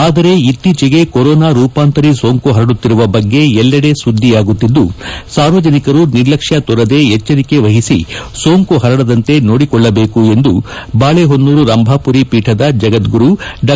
ಆದರೆ ಇತ್ತೀಚೆಗೆ ಕೊರೊನಾ ರೂಪಾಂತರಿ ಸೋಂಕು ಹರಡುತ್ತಿರುವ ಬಗ್ಗೆ ಎಲ್ಲೆಡೆ ಸುದ್ದಿಯಾಗುತ್ತಿದ್ದು ಸಾರ್ವಜನಿಕರು ನಿರ್ಲಕ್ಷ್ಣ ತೋರದೆ ಎಚ್ಚರಿಕೆ ವಹಿಸಿ ಸೋಂಕು ಹರಡದಂತೆ ನೋಡಿಕೊಳ್ಳಬೇಕು ಎಂದು ಬಾಳೆಹೊನ್ನೂರು ರಂಭಾಪುರಿ ಪೀಠದ ಜಗದ್ಗುರು ಡಾ